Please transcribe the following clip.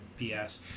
BS